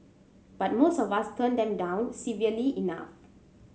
but most of us turn them down civilly enough